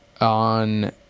on